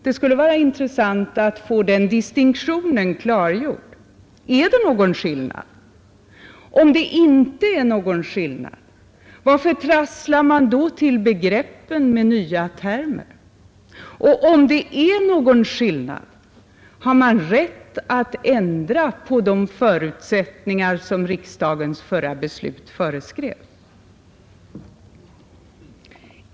Det skulle vara intressant att få den distinktionen klargjord. Är det någon skillnad? Om inte, varför trasslar man då till begreppen genom nya termer? Om det är en skillnad, har man rätt att ändra på de förutsättningar som riksdagens förra beslut föreskrev?